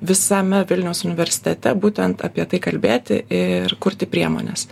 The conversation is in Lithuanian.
visame vilniaus universitete būtent apie tai kalbėti ir kurti priemones